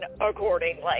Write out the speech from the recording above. accordingly